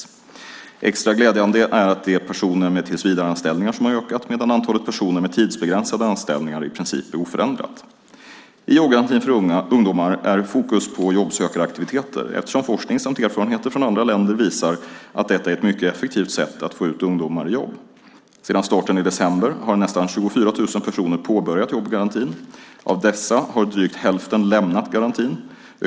Extra glädjande är att det är personer med tillsvidareanställningar som har ökat, medan antalet personer med tidsbegränsade anställningar i princip är oförändrat. I jobbgarantin för ungdomar är fokus på jobbsökaraktiviteter eftersom forskning samt erfarenheter från andra länder visar att detta är ett mycket effektivt sätt att få ut ungdomar i jobb. Sedan starten i december har nästan 24 000 personer påbörjat jobbgarantin. Av dessa har drygt hälften lämnat garantin.